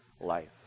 life